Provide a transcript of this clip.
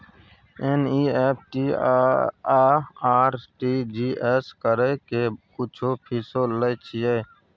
NEFT आ RTGS करै के कुछो फीसो लय छियै?